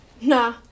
Nah